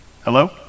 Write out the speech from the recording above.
Hello